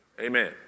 Amen